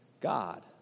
God